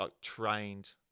trained